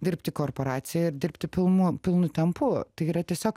dirbti korporacijoje ar dirbti pilnu pilnu tempu tai yra tiesiog